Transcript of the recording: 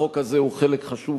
החוק הזה הוא חלק חשוב